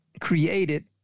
created